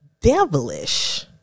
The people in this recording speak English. devilish